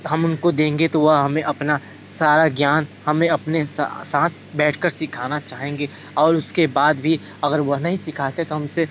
हम उनको देंगे तो वह हमें अपना सारा ज्ञान हमें अपने साथ बैठकर सीखाना चाहेंगे और उसके बाद भी अगर वह नहीं सिखाते तो हम उनसे